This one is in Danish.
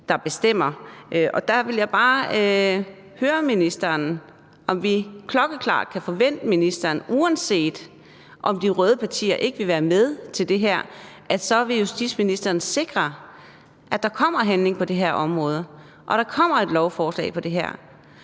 Der vil jeg bare høre ministeren, om vi klokkeklart kan få vendt ministeren, uanset om de røde partier ikke vil være med til det her, altså at justitsministeren så vil sikre, at der kommer noget handling på det her område, og at der kommer et lovforslag om det her.